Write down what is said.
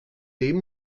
dem